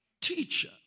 Teacher